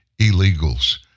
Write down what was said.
illegals